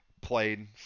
played